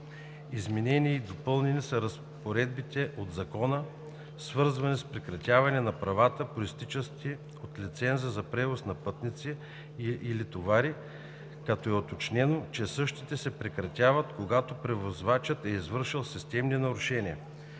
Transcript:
Изменени и допълнени са разпоредбите от Закона, свързани с прекратяването на правата, произтичащи от лиценза за превоз на пътници или товари, като е уточнено, че същите се прекратяват, когато превозвачът е извършил системни нарушения.